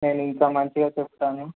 నేను ఇంకా మంచిగా చెప్తాను